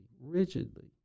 rigidly